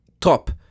top